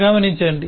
గమనించండి